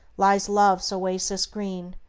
lies love's oasis green?